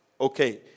Okay